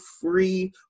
free